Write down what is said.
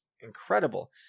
incredible